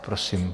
Prosím.